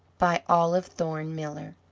by olive thorne miller